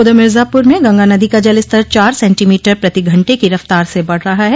उधर मिर्जापुर में गंगा नदी का जलस्तर चार सेंटीमीटर प्रति घंटे की रफ़्तार से बढ़ रहा है